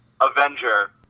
Avenger